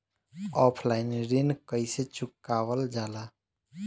Offline ऋण कइसे चुकवाल जाला?